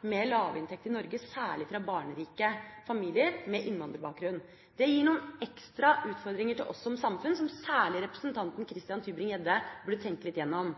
med lav inntekt i Norge, det gjelder særlig barnerike familier med innvandrerbakgrunn. Det gir noen ekstra utfordringer til oss som samfunn, som særlig representanten Christian Tybring-Gjedde burde tenke litt igjennom.